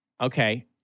Okay